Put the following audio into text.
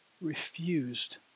refused